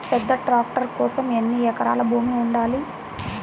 పెద్ద ట్రాక్టర్ కోసం ఎన్ని ఎకరాల భూమి ఉండాలి?